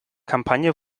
kampagne